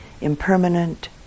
impermanent